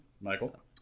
Michael